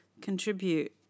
contribute